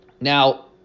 Now